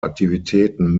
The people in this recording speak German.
aktivitäten